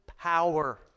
power